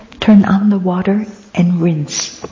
turn on the water and rinse.